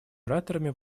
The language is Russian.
ораторами